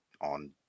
on